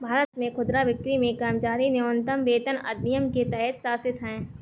भारत में खुदरा बिक्री में कर्मचारी न्यूनतम वेतन अधिनियम के तहत शासित होते है